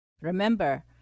Remember